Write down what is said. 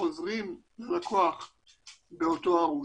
חוזרים באותו ערוץ.